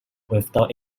without